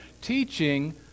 teaching